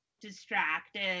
distracted